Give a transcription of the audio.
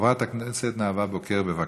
מס' 8270, 8379 ו-8383.